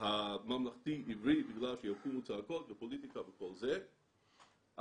בחינוך הממלכתי-עברי בגלל שיקומו צעקות ופוליטיקה וכל זה,